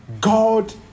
God